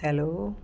hello